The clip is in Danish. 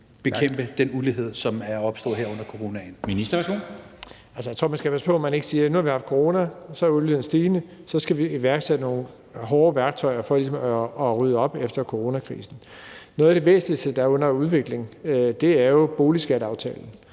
Tak. Ministeren, værsgo. Kl. 11:13 Skatteministeren (Jeppe Bruus): Altså, jeg tror, man skal passe på, at man ikke siger: Nu har vi haft corona, og uligheden er stigende, og så skal vi iværksætte nogle hårdere værktøjer for ligesom at rydde op efter coronakrisen. Noget af det væsentligste, der er under udvikling, er jo boligskatteaftalen,